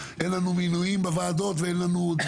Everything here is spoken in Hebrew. אם הוא לא נותן את האוקיי אין לנו מינויים